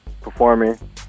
performing